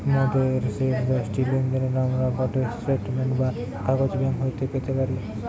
মোদের শেষ দশটি লেনদেনের আমরা গটে স্টেটমেন্ট বা কাগজ ব্যাঙ্ক হইতে পেতে পারি